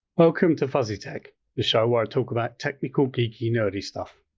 welcome to fuzzytek, the show where i talk about technical, geeky nerdy stuff.